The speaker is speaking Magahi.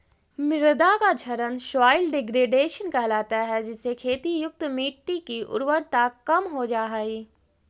मृदा का क्षरण सॉइल डिग्रेडेशन कहलाता है जिससे खेती युक्त मिट्टी की उर्वरता कम हो जा हई